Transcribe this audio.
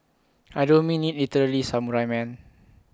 I don't mean IT literally samurai man